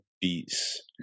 beats